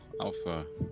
Alpha